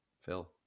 Phil